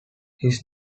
his